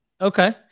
Okay